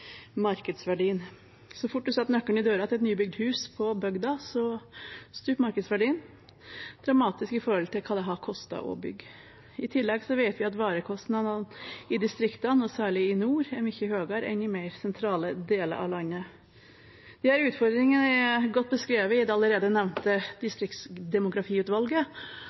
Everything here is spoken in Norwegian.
markedsverdien. Så fort du setter nøkkelen i døra til et nybygd hus på bygda, stuper markedsverdien dramatisk i forhold til hva det har kostet å bygge. I tillegg vet vi at varekostnadene i distriktene og særlig i nord er mye høyere enn i mer sentrale deler av landet. Disse utfordringene er godt beskrevet av det allerede nevnte distriktsdemografiutvalget,